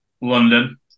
London